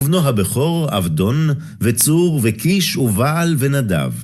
ובנו הבכור, אבדון, וצור, וכיש, ובעל, ונדב.